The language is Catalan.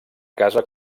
casa